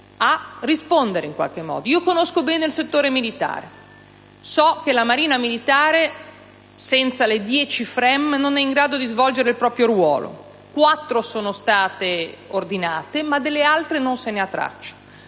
a rispondere in qualche modo. Io conosco bene il settore militare: so che la Marina, senza le dieci FREMM previste non è in grado di svolgere il proprio ruolo. Quattro sono già state ordinate, ma delle altre non si ha traccia.